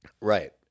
Right